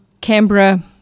Canberra